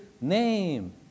name